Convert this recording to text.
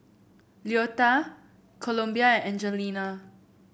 Louetta Columbia and Angelina